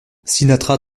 sinatra